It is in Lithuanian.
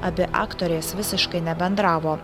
abi aktorės visiškai nebendravo